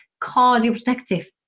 cardioprotective